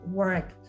work